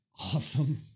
Awesome